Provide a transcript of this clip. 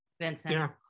Vincent